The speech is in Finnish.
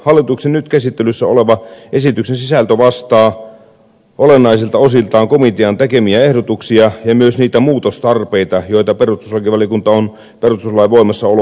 hallituksen nyt käsittelyssä olevan esityksen sisältö vastaa olennaisilta osiltaan komitean tekemiä ehdotuksia ja myös niitä muutostarpeita joita perustuslakivaliokunta on perustuslain voimassaoloaikana esittänyt